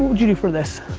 do do for this?